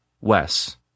Wes